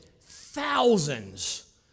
thousands